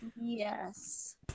Yes